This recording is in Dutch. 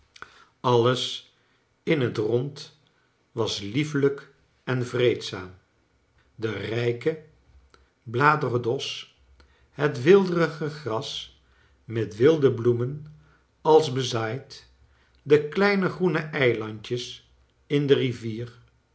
alles in het rond was liefelijk en vreedzam de rrjke bladerendos het weelderige gras met wilde bloemen als bezaaid de kleine groene eilandjes in de rivier